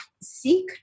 seek